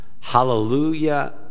Hallelujah